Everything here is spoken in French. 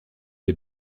les